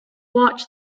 watch